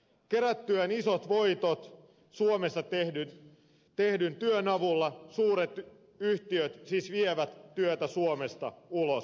kerättyään isot voitot suomessa tehdyn työn avulla suuret yhtiöt siis vievät työtä suomesta ulos